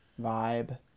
vibe